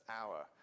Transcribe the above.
hour